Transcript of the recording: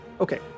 okay